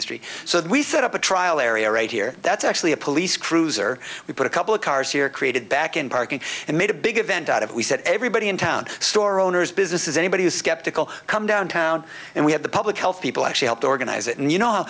the street so that we set up a trial area right here that's actually a police cruiser we put a couple of cars here created back in parking and made a big event out of it we said everybody in town store owners businesses anybody is skeptical come downtown and we have the health people actually helped organize it and you know